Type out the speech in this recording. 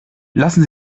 lassen